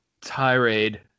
tirade